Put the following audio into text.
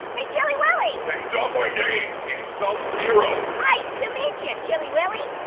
hey chilly willy. that's not my name. it's sub-zero. ice to meet you, chilly willy.